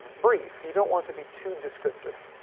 brief, you don't want to be too descriptive,